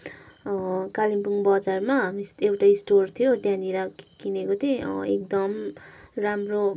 अब कालिम्पोङ बजारमा एउटा स्टोर थियो त्यहाँनिर किनेको थिएँ एकदम राम्रो